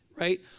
Right